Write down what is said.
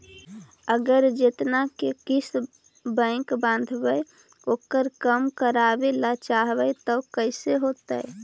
अगर जेतना के किस्त बैक बाँधबे ओकर कम करावे ल चाहबै तब कैसे होतै?